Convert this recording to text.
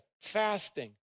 fasting